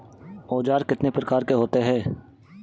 औज़ार कितने प्रकार के होते हैं?